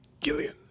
Gillian